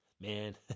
man